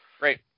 Great